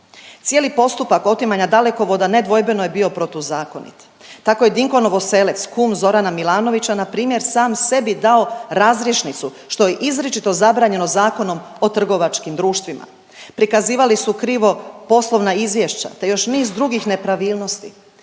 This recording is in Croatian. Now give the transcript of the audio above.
Cijeli postupak otimanja Dalekovoda nedvojbeno je bio protuzakonit, tako je Dinko Novoselec kum Zorana Milanovića npr. sam sebi dao razrješnicu što je izričito zabranjeno Zakonom o trgovačkim društvima. Prikazivali su krivo poslovna izvješća te još niz drugih nepravilnosti.